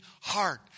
heart